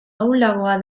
ahulago